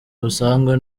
busanzwe